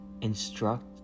Instruct